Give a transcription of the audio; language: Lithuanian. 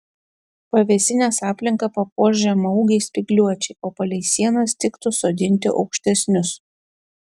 pavėsinės aplinką papuoš žemaūgiai spygliuočiai o palei sienas tiktų sodinti aukštesnius